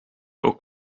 ook